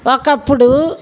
ఒకప్పుడు